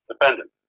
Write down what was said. defendant